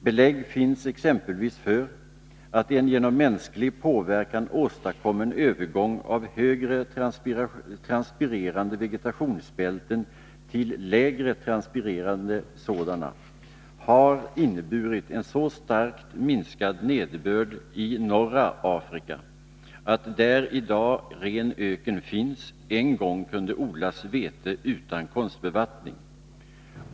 Belägg finns exempelvis för att en genom mänsklig påverkan åstadkommen övergång av högre transpirerande vegetationsbälten till lägre transpirerande sådana, har inneburit en så starkt minskad nederbörd i norra Afrika att där i dag ren öken finns en gång kunnat odlas vete utan konstbevattning.